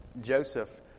Joseph